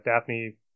Daphne